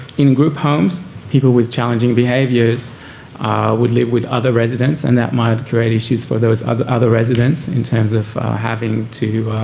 in group homes people with challenging behaviours would live with other residents, and that might create issues for those other other residents in terms of having to